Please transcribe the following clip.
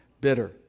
bitter